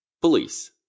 Police